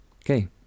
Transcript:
Okay